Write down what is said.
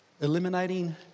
eliminating